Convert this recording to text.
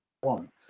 One